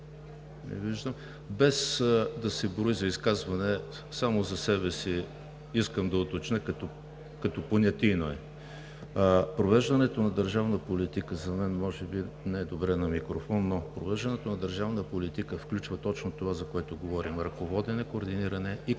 Не виждам. Без да се брои за изказване, само за себе си искам да уточня – като понятийно е. За мен може би не е добре на микрофона, но „провеждането на държавна политика“ включва точно това, за което говорим, ръководене, координиране и контролиране.